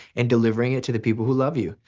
and delivering it to the people who love you.